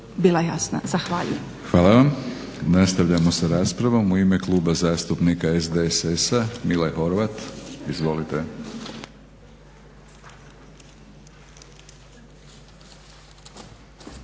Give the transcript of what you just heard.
Milorad (HNS)** Hvala. Nastavljamo sa raspravom. U ime Kluba zastupnika SDSS-a Mile Horvat. Izvolite.